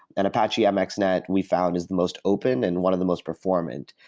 and apache mxnet we found is the most open and one of the most performant.